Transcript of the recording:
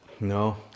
No